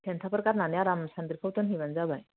थेनथाफोर गारनानै आराम सानद्रिफ्राव दोनहैबानो जाबाय